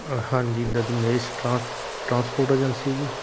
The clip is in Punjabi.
ਹਾਂਜੀ ਦ ਦਦਮੇਸ਼ ਟਰਾਂ ਟਰਾਂਸਪੋਰਟ ਏਜੰਸੀ ਜੀ